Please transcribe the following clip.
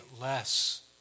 less